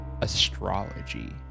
astrology